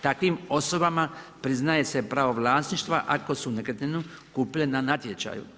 Takvim osobama priznaje se pravo vlasništva ako su nekretninu kupile na natječaju.